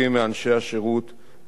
לעתים מבלי שהם יודעים זאת.